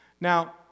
Now